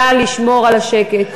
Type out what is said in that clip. נא לשמור על השקט.